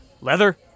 leather